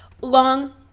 long